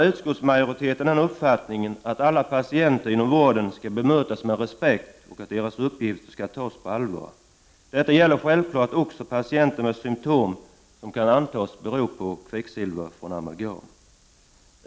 Utskottsmajoriteten har självfallet den uppfattningen att alla patienter inom vården skall bemötas med respekt och att deras uppgifter skall tas på allvar. Detta gäller också patienter med symptom som kan antas bero på kvicksilver från amalgam.